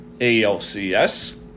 ALCS